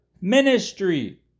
ministry